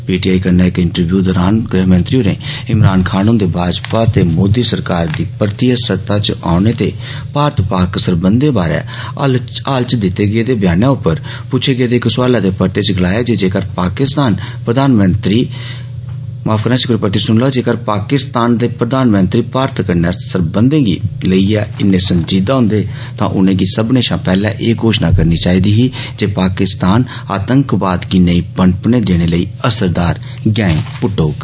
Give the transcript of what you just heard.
PTI कन्नै इक interview दरान गृहमंत्री होरें इमरान खान हुंदे भाजपा ते मोदी सरकार दी परतियै सत्ता च औने ते भारत पाक सरबंधे बारे हाल च दित्ते गेदे ब्यानै उप्पर पुच्छे गेदे इक सुआलै दे परते च गलाया जेकर पाकिस्तान प्रधानमंत्री भारत कन्नै सरबंधे गी लेइयै इन्ने संजीदा होंदे तां उनेंगी सब्बने षा पैहले एह घोशणा करनी चाहिदी ही जे पाकिस्तान आतंकवाद गी नेईं पनपने देने लेई असरदार गैंह् पुट्टोग